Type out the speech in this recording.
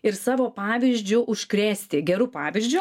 ir savo pavyzdžiu užkrėsti geru pavyzdžiu